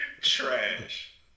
Trash